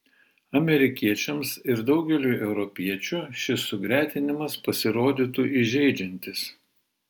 amerikiečiams ir daugeliui europiečių šis sugretinimas pasirodytų įžeidžiantis